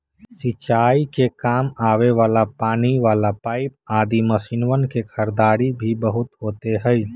सिंचाई के काम आवे वाला पानी वाला पाईप आदि मशीनवन के खरीदारी भी बहुत होते हई